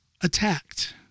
attacked